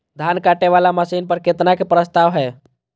धान काटे वाला मशीन पर केतना के प्रस्ताव हय?